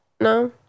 No